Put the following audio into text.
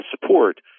support